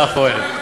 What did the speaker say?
אה, פורר.